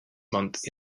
month